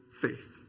faith